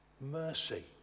mercy